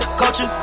culture